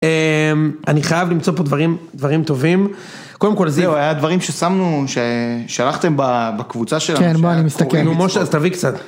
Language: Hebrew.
אני חייב למצוא פה דברים דברים טובים, קודם כל זה הדברים ששמנו ששלחתם בקבוצה שלנו, בוא אני מסתכל, אז זהו תביא קצת